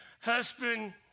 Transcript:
husband